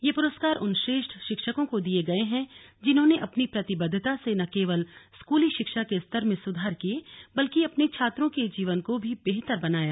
ये पुरस्कार उन श्रेष्ठ शिक्षकों को दिये गये हैं जिन्होंने अपनी प्रतिबद्वता से न केवल स्कूली शिक्षा के स्तर में सुधार किये बल्कि अपने छात्रों के जीवन को भी बेहतर बनाया